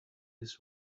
his